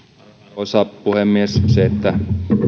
arvoisa puhemies se että